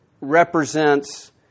represents